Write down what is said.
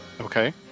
Okay